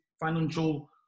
financial